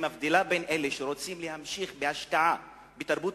מבדילה בין אלה שרוצים להמשיך בהשקעה בתרבות